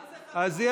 הכספים.